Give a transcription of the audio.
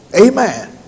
Amen